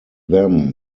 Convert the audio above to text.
them